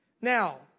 Now